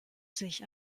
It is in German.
sich